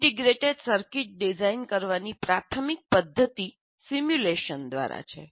integrated circuit design કરવાની પ્રાથમિક પદ્ધતિ સિમ્યુલેશન દ્વારા છે